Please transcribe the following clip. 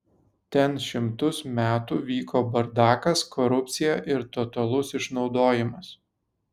ten šimtus metų vyko bardakas korupcija ir totalus išnaudojimas